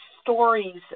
stories